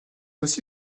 aussi